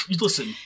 listen